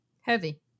Heavy